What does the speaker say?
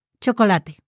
chocolate